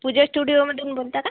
पूजा स्टुडिओमधून बोलता का